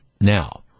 now